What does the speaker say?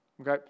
okay